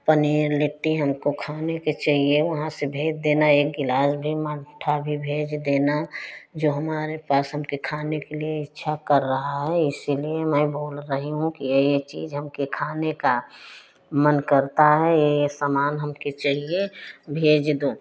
पनीर लिट्टी हमको खाने के चाहिए वहाँ से भेज देना एक गिलास भी मट्ठा भी भेज देना जो हमारे पास हमके खाने के लिए इच्छा कर रहा है इसीलिए मैं बोल रही हूँ कि ये ये चीज हमके खाने का मन करता है ये ये समान हमके चाहिए भेज दो